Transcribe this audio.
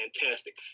fantastic